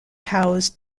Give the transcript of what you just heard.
housed